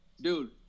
dude